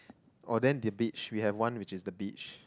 oh then the beach we have one which is the beach